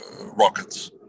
rockets